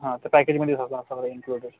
हा तर पॅकेजमध्ये होतं सगळं इन्क्लुडेड